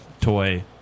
toy